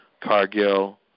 Cargill